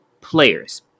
players